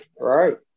Right